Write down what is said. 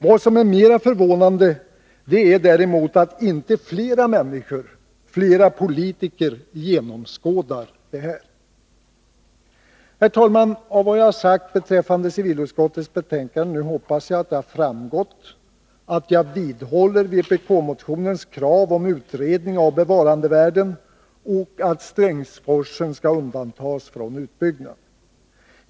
Vad som är mera förvånande är däremot att inte fler människor, fler politiker genomskådar detta. Herr talman! Jag hoppas att det av vad jag sagt beträffande civilutskottets betänkande har framgått att jag vidhåller vpk-motionens krav på en utredning av bevarandevärdena och på att Strängsforsen skall undantas från utbyggnad.